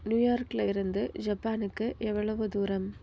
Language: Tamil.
நியூயார்க்கில் இருந்து ஜப்பானுக்கு எவ்வளவு தூரம்